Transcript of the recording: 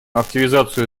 активизацию